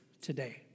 today